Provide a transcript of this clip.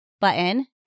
button